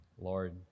Lord